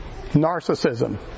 narcissism